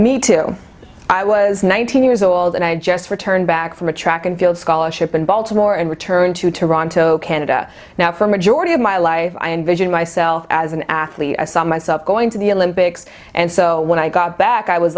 me too i was nineteen years old and i just returned back from a track and field scholarship in baltimore and returned to toronto canada now for majority of my life i envision myself as an athlete i saw myself going to the olympics and so when i got back i was